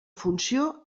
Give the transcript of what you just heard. funció